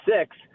six